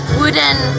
wooden